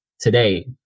today